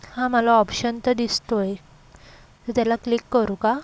हां मला ऑप्शन तर दिसतो आहे त्याला क्लिक करू का